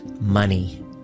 money